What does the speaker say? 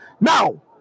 Now